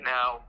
Now